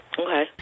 Okay